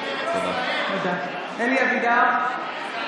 (קוראת בשמות חברי הכנסת) אלי אבידר,